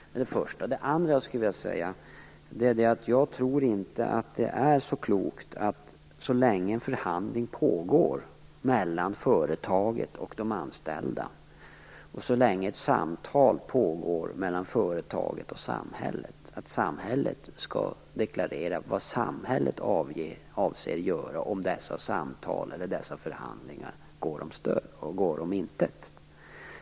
Det andra som jag skulle vilja säga är att jag inte tror att det är så klokt att samhället, så länge en förhandling pågår mellan företaget och de anställda och så länge ett samtal pågår mellan företaget och samhället, deklarerar vad samhället avser göra om dessa samtal eller dessa förhandlingar går om intet.